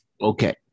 Okay